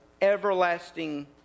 everlasting